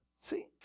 See